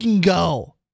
go